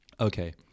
Okay